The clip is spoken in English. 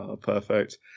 perfect